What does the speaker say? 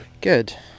Good